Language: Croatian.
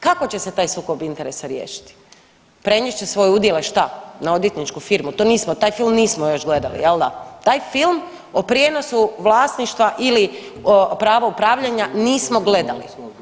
Kako će se taj sukob interesa riješiti, prenest će svoje udjele šta, na odvjetničku firmu, to nismo, taj film nismo još gledali jel da, taj film o prijenosu vlasništva ili o pravu upravljanja nismo gledali.